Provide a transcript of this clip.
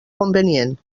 convenient